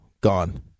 Gone